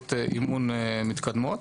ביכולות אימון מתקדמות.